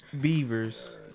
Beavers